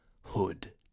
Hood